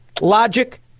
logic